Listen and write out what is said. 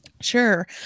Sure